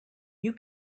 you